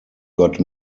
got